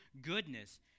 goodness